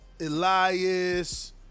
elias